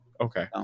okay